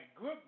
good